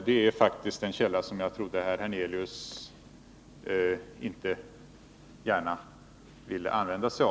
Det är en källa som jag trodde att herr Hernelius inte gärna ville använda.